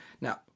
Now